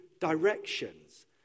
directions